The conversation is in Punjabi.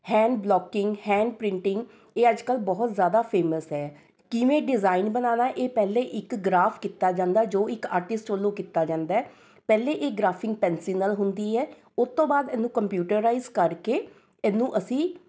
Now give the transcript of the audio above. ਹੈਂਡ ਬਲੋਕਿੰਗ ਹੈਂਡ ਪ੍ਰਿੰਟਿੰਗ ਇਹ ਅੱਜ ਕੱਲ੍ਹ ਬਹੁਤ ਜ਼ਿਆਦਾ ਫੇਮਸ ਹੈ ਕਿਵੇਂ ਡਿਜ਼ਾਈਨ ਬਣਾਉਣਾ ਏ ਇਹ ਪਹਿਲੇ ਇੱਕ ਗ੍ਰਾਫ ਕੀਤਾ ਜਾਂਦਾ ਜੋ ਇੱਕ ਆਰਟਿਸਟ ਵਲੋਂ ਕੀਤਾ ਜਾਂਦਾ ਹੈ ਪਹਿਲੇ ਇਹ ਗ੍ਰਾਫਿੰਗ ਪੈਨਸਿਲ ਨਾਲ ਹੁੰਦੀ ਹੈ ਓਹ ਤੋਂ ਬਾਅਦ ਇਹਨੂੰ ਕੰਪਿਊਟਰਾਇਸ ਕਰ ਕੇ ਇਹਨੂੰ ਅਸੀਂ